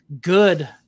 good